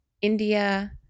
India